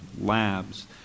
labs